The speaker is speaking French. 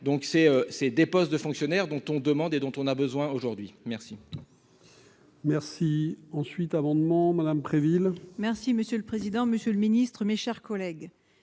c'est c'est des postes de fonctionnaires dont on demande et dont on a besoin aujourd'hui, merci.